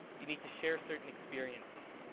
you need to share certain experiences.